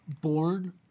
born